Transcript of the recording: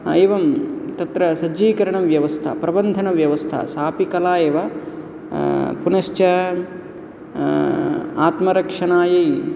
एवं तत्र सज्जीकरणं व्यवस्था प्रबन्धनव्यवस्था सापि कला एव पुनश्च आत्मरक्षणायै